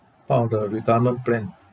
part of the retirement plan